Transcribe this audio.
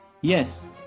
Yes